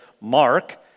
Mark